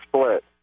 split